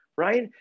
right